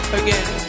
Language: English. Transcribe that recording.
again